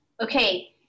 okay